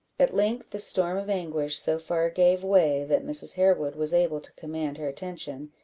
at length the storm of anguish so far gave way, that mrs. harewood was able to command her attention,